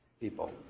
people